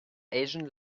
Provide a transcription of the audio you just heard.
asian